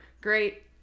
Great